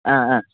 ആ ആ